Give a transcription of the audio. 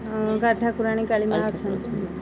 ଠାକୁରାଣୀ କାଳୀ ମାଆ ଅଛନ୍ତି